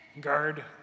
guard